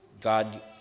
God